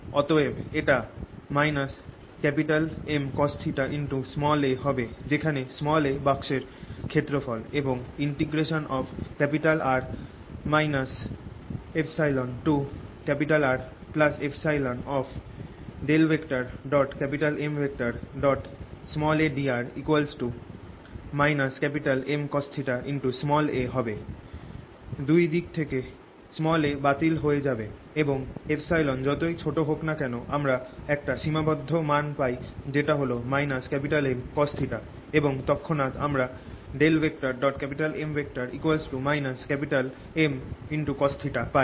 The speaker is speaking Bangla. অতএব এটা Mcosθa হবে যেখানে a বাক্সর ক্ষেত্রফল এবং R εRεMadr Mcosθa হবে দুই দিক থেকে a বাতিল হয়ে যাবে এবং যতই ছোট হোক না কেন আমরা একটি সীমাবদ্ধ মান পাই যেটা হল Mcosθ এবং তৎক্ষণাৎ আমরা M Mcosθ পাই